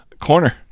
corner